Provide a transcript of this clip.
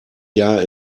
jahr